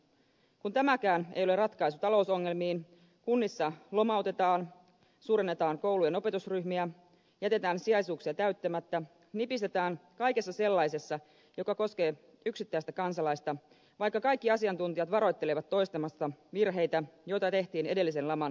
kun tämäkään ei ole ratkaisu talousongelmiin kunnissa lomautetaan suurennetaan koulujen opetusryhmiä jätetään sijaisuuksia täyttämättä nipistetään kaikessa sellaisessa mikä koskee yksittäistä kansalaista vaikka kaikki asiantuntijat varoittelevat toistamasta virheitä joita tehtiin edellisen laman aikana